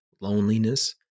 loneliness